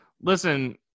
Listen